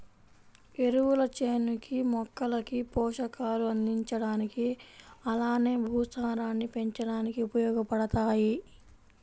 ఎరువులు చేనుకి, మొక్కలకి పోషకాలు అందించడానికి అలానే భూసారాన్ని పెంచడానికి ఉపయోగబడతాయి